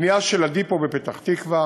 בנייה של הדיפו בפתח-תקווה,